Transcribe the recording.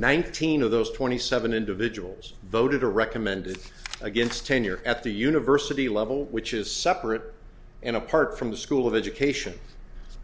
nineteen of those twenty seven individuals voted to recommend against tenure at the university level which is separate and apart from the school of education